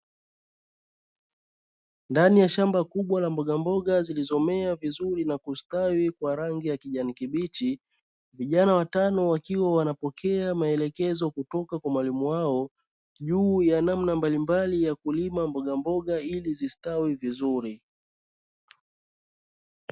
Ndani ya shamba kubwa la mbogamboga, zilizomea vizuri na kustawi kwa rangi ya kijani kibichi, vijana watano wakiwa wanapokea maelekezo kutoka kwa mwalimu wao juu ya namna mbalimbali ya kulima mbogamboga ili zistawi vizuri.